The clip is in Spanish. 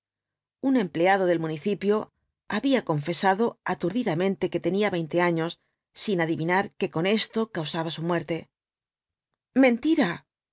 un empleado del municipio había confesado aturdidamente que tenía veinte años sin adivinar que con esto causaba su muerte mentira